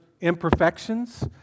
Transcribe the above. imperfections